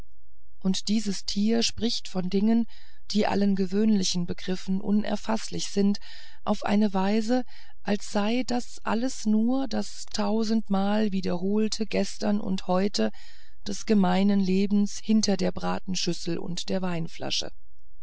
und dieses tier spricht von dingen die allen gewöhnlichen begriffen unerfaßlich sind auf eine weise als sei das alles nur das tausendmal wiederholte gestern und heute des gemeinen lebens hinter der bratenschüssel und der weinflasche